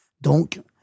Donc